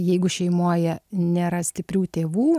jeigu šeimoje nėra stiprių tėvų